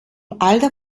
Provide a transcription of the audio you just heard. alter